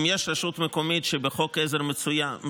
אם יש רשות מקומית שבחוק עזר מסוים